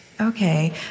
Okay